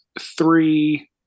three